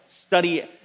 study